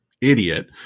idiot